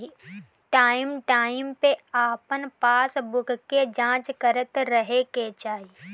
time time पे अपन passbook के जाँच करत रहे के चाही